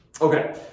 Okay